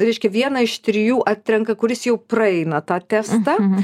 reiškia vieną iš trijų atrenka kuris jau praeina tą testą